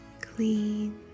clean